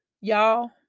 y'all